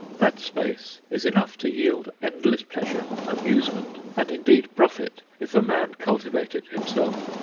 that space is enough to yield endless pleasure, amusement, and indeed profit, if a man cultivate it himself.